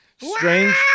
strange